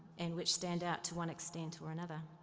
and which stand out to one extent or another.